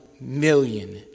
million